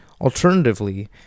Alternatively